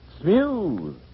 smooth